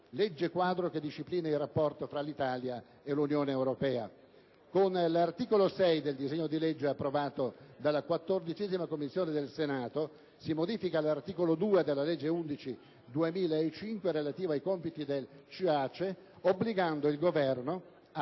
legge quadro, che disciplina il rapporto tra l'Italia e l'Unione europea. Con l'articolo 6 del disegno di legge approvato dalla 14a Commissione del Senato si modifica l'articolo 2 della legge n. 11 del 2005, relativo ai compiti del CIACE (Comitato